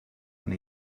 and